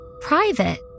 private